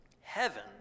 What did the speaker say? Heaven